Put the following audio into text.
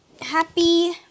happy